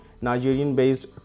Nigerian-based